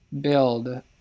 build